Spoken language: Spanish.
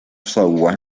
software